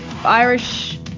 Irish